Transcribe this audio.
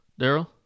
Daryl